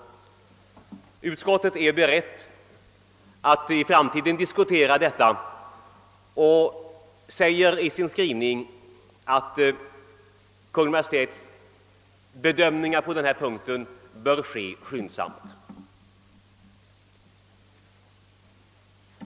Utskottet är berett att i framtiden diskutera detta och säger i sin skrivning, att Kungl. Maj:ts bedömning av denna sak bör ske skyndsamt.